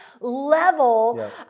level